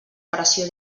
pressió